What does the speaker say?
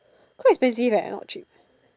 quite expensive eh not cheap